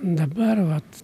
dabar vat